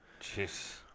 Jeez